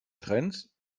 trends